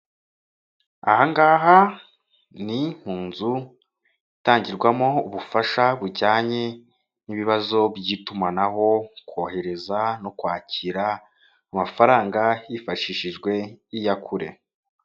Aha ngaha ni mu nzu, itangirwamo ubufasha bujyanye n'ibibazo by'itumanaho, kohereza no kwakira, amafaranga hifashishijwe iyakure.